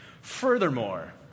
Furthermore